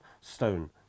stone